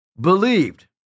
believed